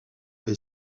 est